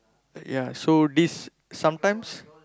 ya so this sometimes